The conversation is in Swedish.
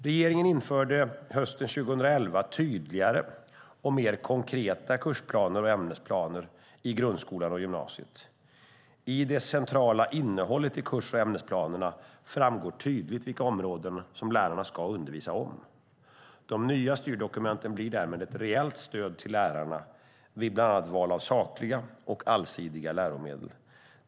Regeringen införde hösten 2011 tydligare och mer konkreta kursplaner och ämnesplaner i grundskolan och gymnasiet. I det centrala innehållet i kurs och ämnesplanerna framgår tydligt vilka områden lärarna ska undervisa om. De nya styrdokumenten blir därmed ett reellt stöd till lärarna vid bland annat val av sakliga och allsidiga läromedel.